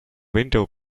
window